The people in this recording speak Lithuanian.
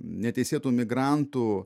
neteisėtų migrantų